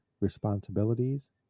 responsibilities